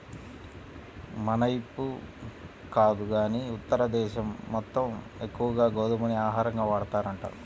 మనైపు కాదు గానీ ఉత్తర దేశం మొత్తం ఎక్కువగా గోధుమనే ఆహారంగా వాడతారంట